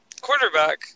Quarterback